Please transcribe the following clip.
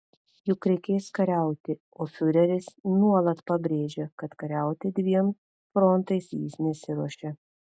juk reikės kariauti o fiureris nuolat pabrėžia kad kariauti dviem frontais jis nesiruošia